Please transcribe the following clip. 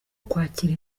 kwakira